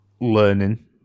learning